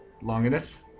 Longinus